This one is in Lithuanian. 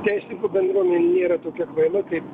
teisininkų bendruomenė nėra tokia kvaila kaip